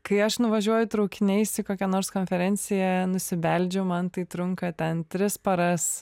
kai aš nuvažiuoju traukiniais į kokią nors konferenciją nusibeldžiu man tai trunka ten tris paras